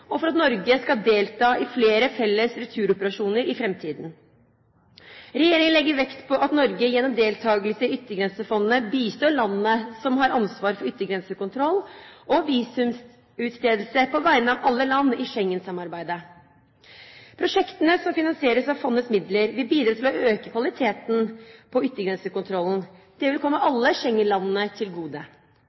og for at Norge skal delta i flere felles returoperasjoner i framtiden. Regjeringen legger vekt på at Norge gjennom deltakelse i Yttergrensefondet bistår landene som har ansvaret for yttergrensekontroll og visumutstedelse på vegne av alle landene i Schengensamarbeidet. Prosjektene som finansieres av fondets midler, vil bidra til å øke kvaliteten på yttergrensekontrollen. Det vil komme alle Schengen-landene til gode.